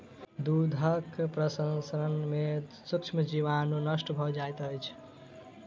दूधक प्रसंस्करण में सूक्ष्म जीवाणु नष्ट भ जाइत अछि